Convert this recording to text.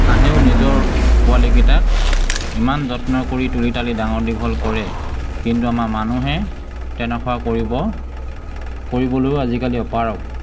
হাঁহেও নিজৰ পোৱালিকেইটাক ইমান যত্ন কৰি তুলি তালি ডাঙৰ দীঘল কৰে কিন্তু আমাৰ মানুহে তেনেকুৱা কৰিব কৰিবলৈয়ো আজিকালি অপাৰগ